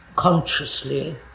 Consciously